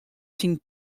syn